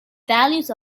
values